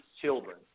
children